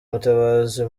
mutabazi